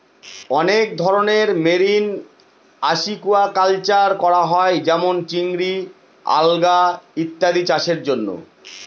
অনেক ধরনের marine aquaculture করা হয় যেমন চিংড়ি, আলগা ইত্যাদি চাষের জন্য